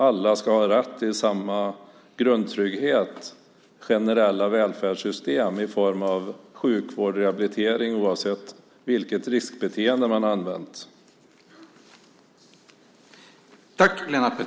Alla ska ha rätt till samma grundtrygghet, till generella välfärdssystem i form av sjukvård och rehabilitering oavsett vilket riskbeteende man har haft.